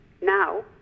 now